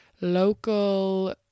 local